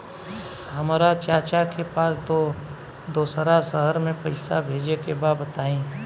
हमरा चाचा के पास दोसरा शहर में पईसा भेजे के बा बताई?